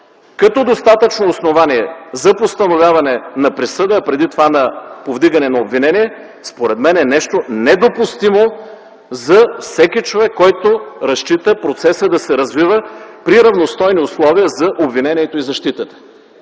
като достатъчно основание за постановяване на присъда, а преди това на повдигане на обвинение, според мен, е нещо недопустимо за всеки човек, който разчита процесът да се развива при равностойни условия за обвинението и защитата.